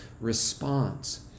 response